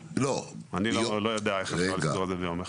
לא, אני לא יודע איך אפשר לסגור את זה ביום אחד.